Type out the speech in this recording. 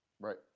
right